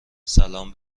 سلام